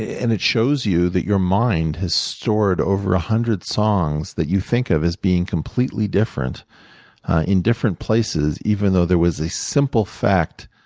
and it shows you that your mind has stored over a hundred songs that you think of as being completely different in different places, even though there was a simple fact